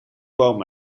boom